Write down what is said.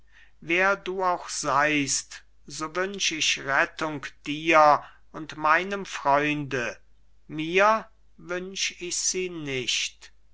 wer du auch seist so wünsch ich rettung dir und meinem freunde mir wünsch ich sie nicht